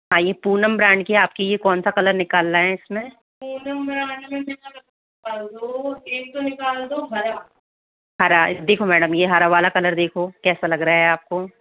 हाँ यह पूनम ब्रांड की आपकी यह कौन सा कलर निकालना है इसमें हरा देखो मैडम यह हरा वाला कलर देखो कैसा लग रहा है आपको